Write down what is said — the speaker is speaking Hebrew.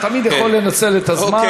אתה תמיד יכול לנצל את הזמן.